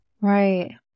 Right